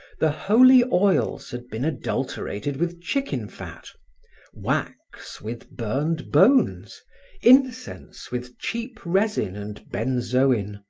the holy oils had been adulterated with chicken fat wax, with burned bones incense, with cheap resin and benzoin.